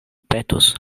petus